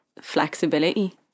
flexibility